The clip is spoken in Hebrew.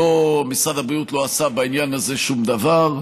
שמשרד הבריאות לא עשה בעניין הזה שום דבר.